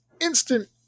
instant